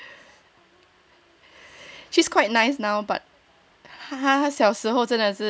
she's quite nice now but